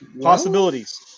Possibilities